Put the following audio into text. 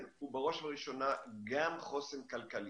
הוא בראש ובראשונה גם חוסן כלכלי.